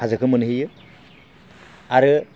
हाजोखौ मोनहैयो आरो